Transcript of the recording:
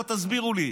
בואו תסבירו לי.